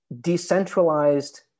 decentralized